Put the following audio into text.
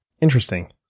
Interesting